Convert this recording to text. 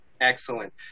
Excellent